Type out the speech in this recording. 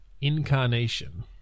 Incarnation